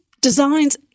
Design's